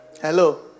Hello